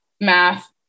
math